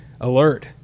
alert